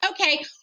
okay